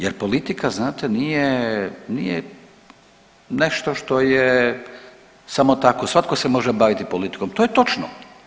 Jer politika znate nije, nije nešto što je samo tako, svatko se može baviti politikom to je točno.